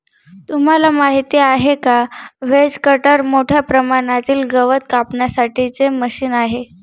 तुम्हाला माहिती आहे का? व्हेज कटर मोठ्या प्रमाणातील गवत कापण्यासाठी चे मशीन आहे